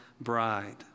bride